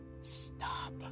Stop